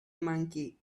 monkey